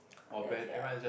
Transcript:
ya sia